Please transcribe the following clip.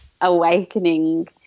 awakening